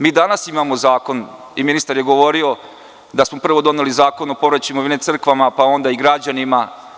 Mi danas imamo zakon i ministar je govorio da smo prvo doneli Zakon o povraćaju imovine crkvama, pa onda i građanima.